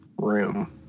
room